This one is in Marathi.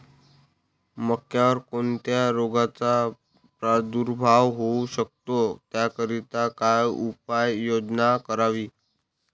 मक्यावर कोणत्या रोगाचा प्रादुर्भाव होऊ शकतो? त्याकरिता काय उपाययोजना करावी?